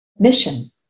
mission